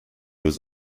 was